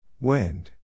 Wind